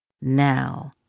Now